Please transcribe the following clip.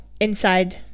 inside